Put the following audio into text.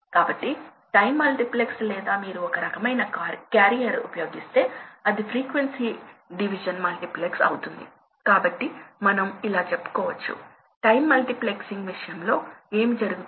కాబట్టి ఎక్కువ సమయం ప్రవాహం 45 నుండి 70 మధ్య ఉంటుంది కాబట్టి ఈ గరిష్ట సమయం ప్రవాహం 45 నుండి 70 లోపల డిజైన్ ప్రవాహ పరిధిలో ఉంటుంది